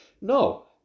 No